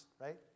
right